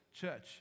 church